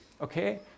okay